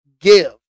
give